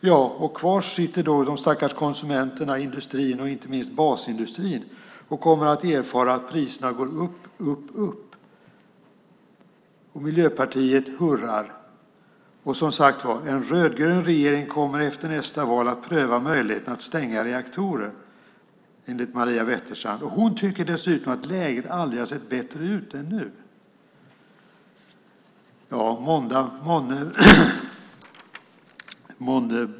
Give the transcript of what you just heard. Ja, kvar sitter då de stackars konsumenterna, industrin och inte minst basindustrin som kommer att erfara att priserna går upp, upp, upp. Och Miljöpartiet hurrar. Som sagt var: En rödgrön regering kommer efter nästa val att pröva möjligheten att stänga reaktorer, enligt Maria Wetterstrand. Hon tycker dessutom att läget aldrig har sett bättre ut än nu.